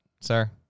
sir